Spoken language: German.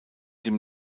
dem